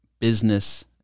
business